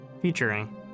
Featuring